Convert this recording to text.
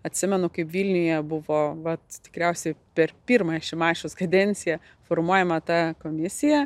atsimenu kaip vilniuje buvo vat tikriausiai per pirmąją šimašiaus kadenciją formuojama ta komisija